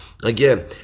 Again